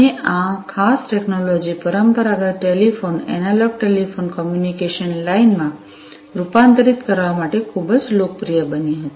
અને આ ખાસ ટેક્નોલોજી પરંપરાગત ટેલિફોન એનાલોગ ટેલિફોન કમ્યુનિકેશન લાઇનમાં રૂપાંતરિત કરવા માટે ખૂબ જ લોકપ્રિય બની હતી